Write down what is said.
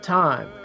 time